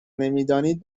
نمیدانید